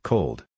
Cold